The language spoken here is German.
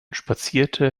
spazierte